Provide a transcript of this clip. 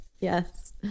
Yes